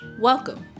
welcome